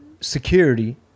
security